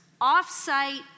off-site